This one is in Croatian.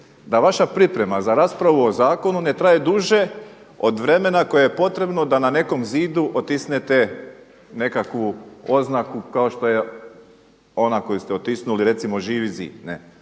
da vaša priprema za raspravu o zakonu ne traje duže od vremena koje je potrebno da na nekom zidu otisnete nekakvu oznaku kao što je ona koju ste otisnuli recimo Živi zid.